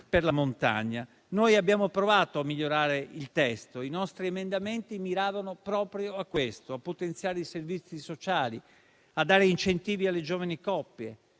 per la montagna. Noi abbiamo provato a migliorare il testo. I nostri emendamenti miravano proprio a potenziare i servizi sociali, a dare incentivi alle giovani coppie,